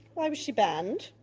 why was she banned?